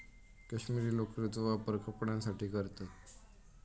कश्मीरी लोकरेचो वापर कपड्यांसाठी करतत